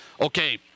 okay